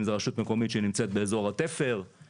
אם זה רשות מקומית שנמצאת באזור התפר,